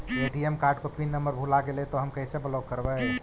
ATM card को pin number भुला गैले तौ हम कैसे ब्लॉक करवै?